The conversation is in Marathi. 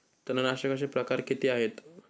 तणनाशकाचे प्रकार किती आहेत?